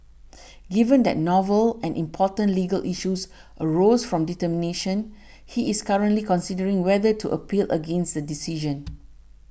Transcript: given that novel and important legal issues arose from determination he is currently considering whether to appeal against the decision